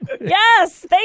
Yes